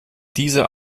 dieser